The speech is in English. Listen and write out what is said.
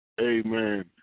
Amen